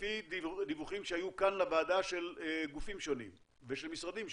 לפי דיווחים שהיו כאן לוועדה של גופים שונים ושל משרדים שונים,